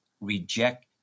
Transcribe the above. reject